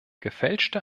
gefälschte